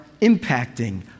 impacting